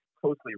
closely